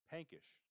Pankish